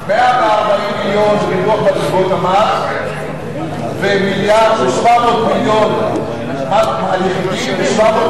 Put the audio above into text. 140 מיליון, אדוני השר, 140 מיליון זה